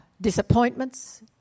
disappointments